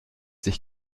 sich